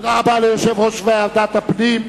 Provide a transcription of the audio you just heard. תודה רבה ליושב-ראש ועדת הפנים.